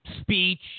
speech